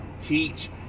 teach